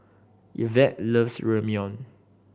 Yvette loves Ramyeon